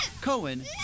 Cohen